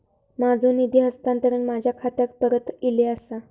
माझो निधी हस्तांतरण माझ्या खात्याक परत इले आसा